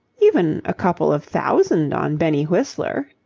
even a couple of thousand on benny whistler.